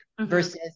versus